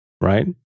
right